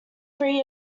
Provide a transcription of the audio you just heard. free